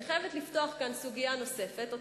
אני חייבת לפתוח כאן סוגיה נוספת,